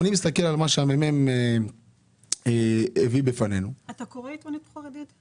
אני מסתכל על מה שהמ.מ.מ הביא בפנינו -- אתה קורא עיתונות חרדית?